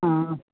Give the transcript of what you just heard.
हा